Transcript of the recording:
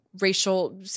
racial